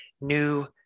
new